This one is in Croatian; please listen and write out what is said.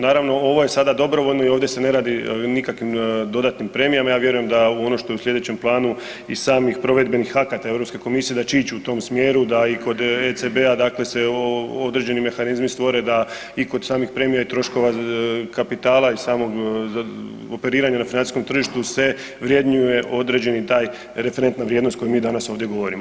Naravno, ovo je sada dobrovoljno i ovdje se ne radi o nikakvim dodanim premijama, ja vjerujem da u ono što je u sljedećem planu i samih provedbenih akata EU komisije, da će ići u tom smjeru, da i kod ECB-a dakle se određeni mehanizmi stvore da i kod samih premija i troškova kapitala i samog operiranja na financijskom tržištu se vrednuje određeni taj referentna vrijednost koju mi danas ovdje govorimo.